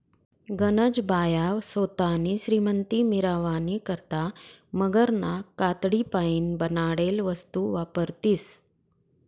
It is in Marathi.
गनज बाया सोतानी श्रीमंती मिरावानी करता मगरना कातडीपाईन बनाडेल वस्तू वापरतीस